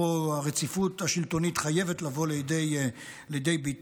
פה הרציפות השלטונית חייבת לבוא לידי ביטוי,